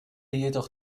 jedoch